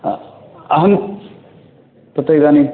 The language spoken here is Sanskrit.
अहं तत् इदानीम्